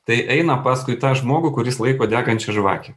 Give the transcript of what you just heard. tai eina paskui tą žmogų kuris laiko degančią žvakę